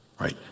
Right